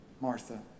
Martha